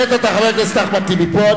לעת עתה, חבר הכנסת אחמד טיבי פה.